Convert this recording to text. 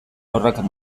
haurrak